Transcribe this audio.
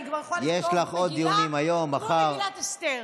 כבר יכולה לכתוב מגילה כמו מגילת אסתר.